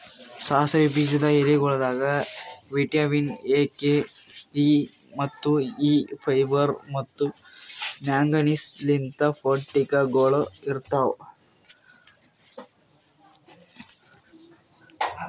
ಸಾಸಿವಿ ಬೀಜದ ಎಲಿಗೊಳ್ದಾಗ್ ವಿಟ್ಯಮಿನ್ ಎ, ಕೆ, ಸಿ, ಮತ್ತ ಇ, ಫೈಬರ್ ಮತ್ತ ಮ್ಯಾಂಗನೀಸ್ ಅಂತ್ ಪೌಷ್ಟಿಕಗೊಳ್ ಇರ್ತಾವ್